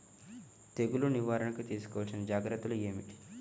తెగులు నివారణకు తీసుకోవలసిన జాగ్రత్తలు ఏమిటీ?